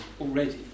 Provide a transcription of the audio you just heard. already